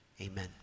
Amen